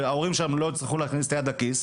שההורים שלהם לא יצטרכו להכניס את היד לכיס.